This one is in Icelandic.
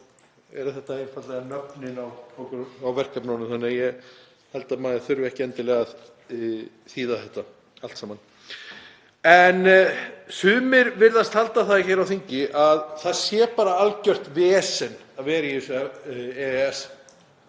þetta eru einfaldlega nöfnin á verkefnunum þannig að ég held að maður þurfi ekki endilega að þýða þetta allt saman. Sumir hér á þingi virðast halda að það sé bara algjört vesen að vera í þessu